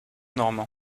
normand